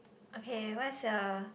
okay what is your